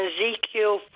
Ezekiel